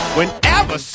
Whenever